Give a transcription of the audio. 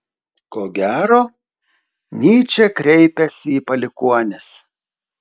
ko gero nyčė kreipiasi į palikuonis